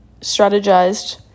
strategized